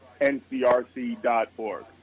ncrc.org